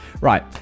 right